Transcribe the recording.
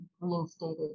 reinstated